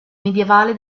medievale